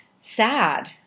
sad